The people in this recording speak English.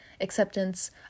acceptance